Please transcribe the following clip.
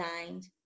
designed